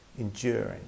enduring